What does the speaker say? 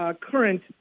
current